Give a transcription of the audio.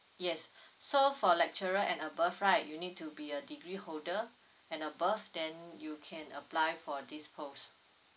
yes so for lecturer and above right you need to be a degree holder and above then you can apply for this post